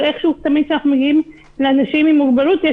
אבל איכשהו תמיד כשאנחנו מגיעים לאנשים עם מוגבלות,